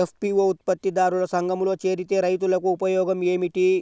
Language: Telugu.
ఎఫ్.పీ.ఓ ఉత్పత్తి దారుల సంఘములో చేరితే రైతులకు ఉపయోగము ఏమిటి?